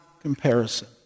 comparison